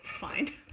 fine